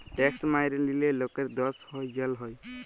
tax ম্যাইরে লিলে লকের দস হ্যয় জ্যাল হ্যয়